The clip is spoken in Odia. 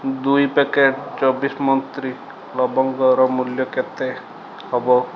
ଦୁଇ ପ୍ୟାକେଟ୍ ଚବିଶ ମନ୍ତ୍ରୀ ଲବଙ୍ଗର ମୂଲ୍ୟ କେତେ